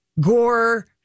gore